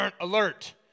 Alert